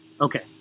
Okay